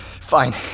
Fine